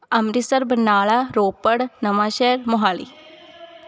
Amritsar Barnala Ropar Nawanshahr Mohali